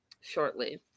shortly